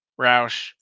Roush